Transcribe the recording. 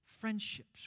friendships